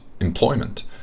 employment